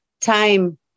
time